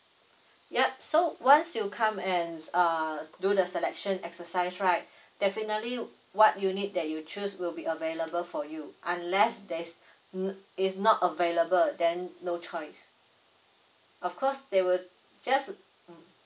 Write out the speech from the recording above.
yup so once you come and s~ uh do the selection exercise right definitely what unit that you choose will be available for you unless there is mm is not available then no choice of course they will just mm